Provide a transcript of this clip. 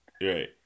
right